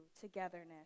togetherness